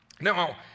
Now